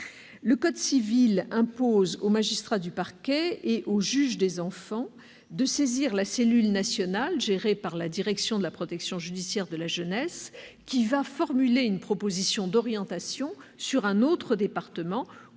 Le code civil impose aux magistrats du parquet et aux juges des enfants de saisir la cellule nationale gérée par la direction de la protection judiciaire de la jeunesse qui va formuler une proposition d'orientation vers un autre département ou